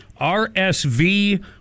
RSV